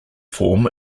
form